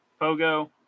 Pogo